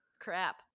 crap